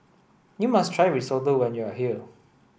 you must try Risotto when you are here